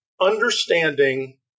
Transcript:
understanding